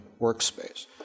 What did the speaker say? workspace